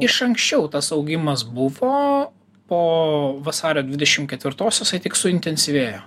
iš anksčiau tas augimas buvo po vasario dvidešim ketvirtos jisai tik suintensyvėjo